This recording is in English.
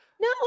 No